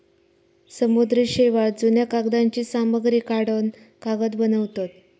समुद्री शेवाळ, जुन्या कागदांची सामग्री काढान कागद बनवतत